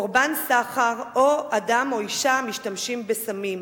קורבן סחר וגבר או אשה המשתמשים בסמים.